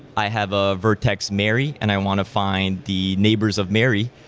i have ah vertex mary and i want to find the neighbors of mary.